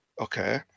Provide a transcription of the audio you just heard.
okay